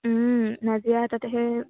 নাজিৰা তাত সেই